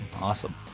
awesome